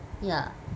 ya